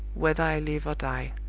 whether i live or die.